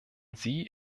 sie